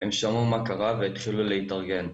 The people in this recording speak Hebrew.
הם שמעו מה קרה והתחילו להתארגן.